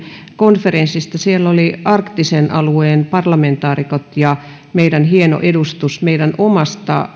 konferenssista siellä oli arktisen alueen parlamentaarikot ja hieno edustus meidän omista